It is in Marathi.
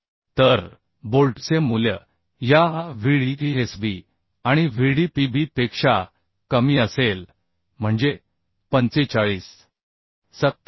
तर बोल्टचे मूल्य या VdSb आणि Vdpb पेक्षा कमी असेल म्हणजे 45